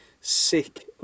sick